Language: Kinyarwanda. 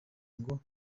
ngo